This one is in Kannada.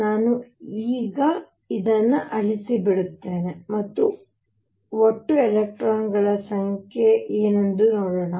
ನಾನು ಈಗ ಇದನ್ನು ಅಳಿಸಿಬಿಡುತ್ತೇನೆ ಮತ್ತು ಒಟ್ಟು ಎಲೆಕ್ಟ್ರಾನ್ಗಳ ಸಂಖ್ಯೆ ಏನೆಂದು ನೋಡೋಣ